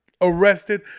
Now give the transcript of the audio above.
Arrested